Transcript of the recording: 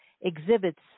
exhibits